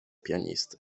pianisty